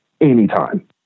anytime